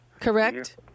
Correct